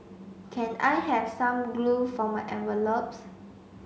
can I have some glue for my envelopes